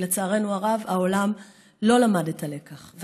כי לצערנו הרב העולם לא למד את הלקח,